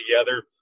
together